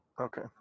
Okay